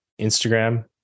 Instagram